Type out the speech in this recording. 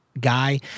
guy